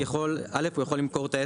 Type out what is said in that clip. עסק יכול א' הוא יכול למכור את העסק